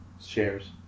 shares